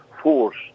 force